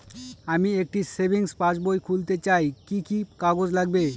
আমি একটি savings passbook খুলতে চাই কি কি কাগজ লাগবে?